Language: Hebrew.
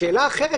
שאלה אחרת,